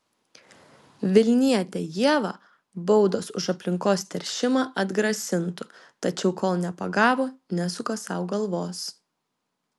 vilnietę ievą baudos už aplinkos teršimą atgrasintų tačiau kol nepagavo nesuka sau galvos